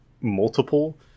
multiple